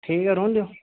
ठीक ऐ रौह्न देओ